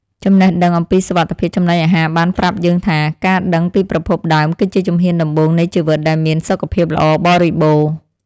ចំណេះដឹងអំពីសុវត្ថិភាពចំណីអាហារបានប្រាប់យើងថា ការដឹងពីប្រភពដើមគឺជាជំហានដំបូងនៃជីវិតដែលមានសុខភាពល្អបរិបូរណ៍។